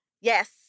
Yes